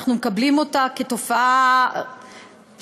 אנחנו מקבלים אותה כתופעה שכיחה,